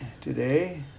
today